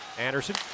Anderson